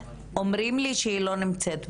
אומרים לי שהיא לא נמצאת בזום.